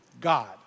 God